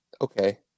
okay